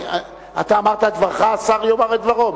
אתה אמרת את דברך והשר יאמר את דברו.